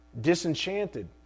disenchanted